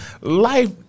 life